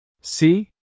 See